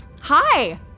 Hi